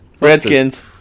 Redskins